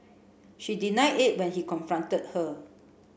she denied it when he confronted her